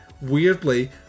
weirdly